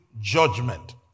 judgment